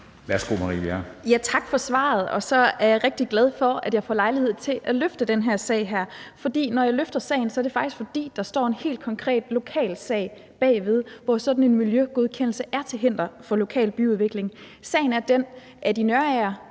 13:31 Marie Bjerre (V): Tak for svaret, og så er jeg rigtig glad for, at jeg får lejlighed til at løfte den her sag. Når jeg vil løfte sagen, er det faktisk, fordi der ligger en helt konkret lokal sag bagved, hvor sådan en miljøgodkendelse er til hinder for den lokale byudvikling. Sagen er den, at i Nørager